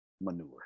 manure